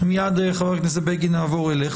מיד חבר הכנסת בגין נעבור אליך.